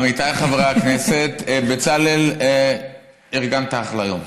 עמיתיי חברי הכנסת, בצלאל, ארגנת אחלה יום,